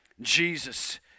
Jesus